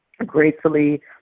Gratefully